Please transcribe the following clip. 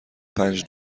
پنج